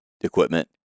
equipment